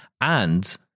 And-